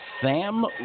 Sam